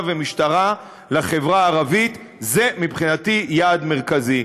ומשטרה לחברה הערבית זה מבחינתי יעד מרכזי.